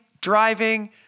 driving